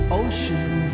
ocean